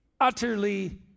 utterly